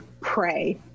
pray